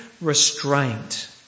Restraint